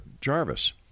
Jarvis